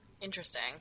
Interesting